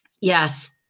yes